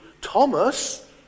Thomas